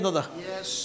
Yes